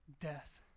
death